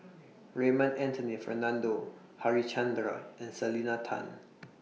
Raymond Anthony Fernando Harichandra and Selena Tan